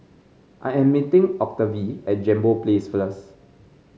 I am meeting Octavie at Jambol Place first